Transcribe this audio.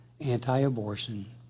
anti-abortion